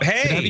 Hey